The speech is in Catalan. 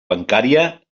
bancària